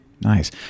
Nice